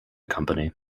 company